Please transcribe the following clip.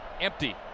Empty